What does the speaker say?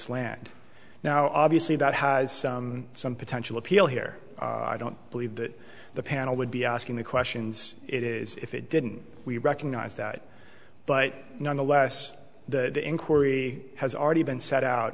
land now obviously that has some potential appeal here i don't believe that the panel would be asking the questions it is if it didn't we recognize that but nonetheless the inquiry has already been set out